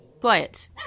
Quiet